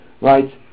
Right